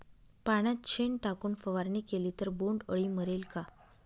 पाण्यात शेण टाकून फवारणी केली तर बोंडअळी मरेल का?